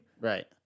Right